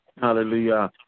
Hallelujah